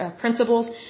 principles